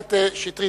הכנסת שטרית,